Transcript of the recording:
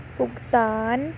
ਭੁਗਤਾਨ